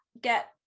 get